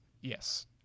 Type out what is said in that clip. yes